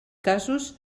casos